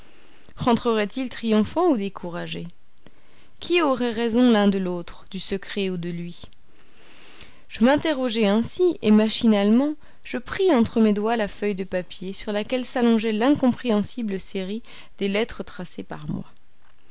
rentrerait il triomphant ou découragé qui aurait raison l'un de l'autre du secret ou de lui je m'interrogeais ainsi et machinalement je pris entre mes doigts la feuille de papier sur laquelle s'allongeait l'incompréhensible série des lettres tracées par moi